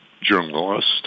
journalist